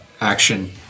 action